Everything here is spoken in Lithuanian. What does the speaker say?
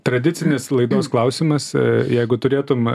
tradicinis laidos klausimas jeigu turėtum